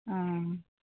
অঁ